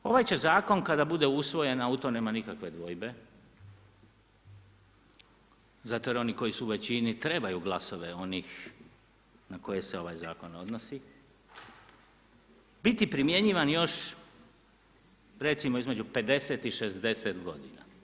Ovaj će zakon kada bude usvojen, a u to nema nikakve dvojbe zato jer oni koji su u većini trebaju glasove onih na koje se ovaj zakon odnosi, biti primjenjivan još recimo između 50 i 60 godina.